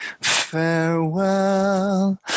farewell